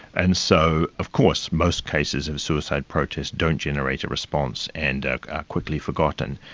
and so of course most cases of suicide protests don't generate a response and are quickly forgotten.